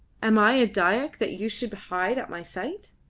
am i a dyak that you should hide at my sight?